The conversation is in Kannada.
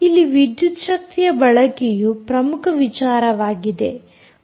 ಇಲ್ಲಿ ವಿದ್ಯುತ್ ಶಕ್ತಿಯ ಬಳಕೆಯು ಪ್ರಮುಖ ವಿಚಾರವಾಗಿದೆ